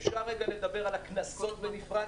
אפשר רגע לדבר על הקנסות בנפרד